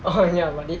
orh ya but need